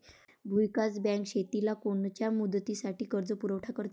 भूविकास बँक शेतीला कोनच्या मुदतीचा कर्जपुरवठा करते?